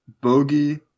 Bogey